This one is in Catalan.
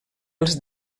els